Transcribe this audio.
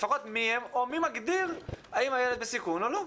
לפחות מי הם או מי מגדיר האם הילד בסיכון או לא,